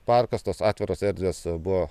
parkas tos atviros erdvės buvo